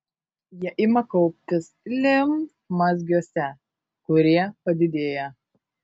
jie ima kauptis limfmazgiuose kurie padidėja